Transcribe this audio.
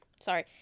sorry